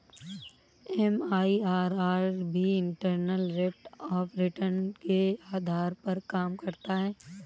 MIRR भी internal rate of return के आधार पर काम करता है